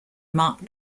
mark